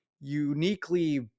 uniquely